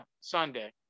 Sunday